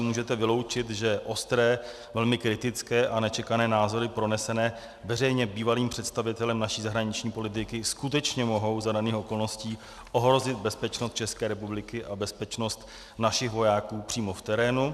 Můžete vyloučit, že ostré, velmi kritické a nečekané názory pronesené veřejně bývalým představitelem naší zahraniční politiky skutečně mohou za daných okolností ohrozit bezpečnost ČR a bezpečnost našich vojáků přímo v terénu?